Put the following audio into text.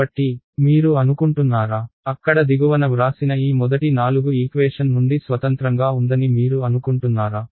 కాబట్టి మీరు అనుకుంటున్నారా అక్కడ దిగువన వ్రాసిన ఈ మొదటి నాలుగు ఈక్వేషన్ నుండి స్వతంత్రంగా ఉందని మీరు అనుకుంటున్నారా